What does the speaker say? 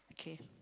okay